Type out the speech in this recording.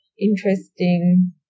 Interesting